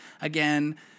Again